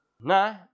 Nah